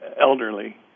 elderly